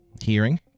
hearing